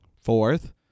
Fourth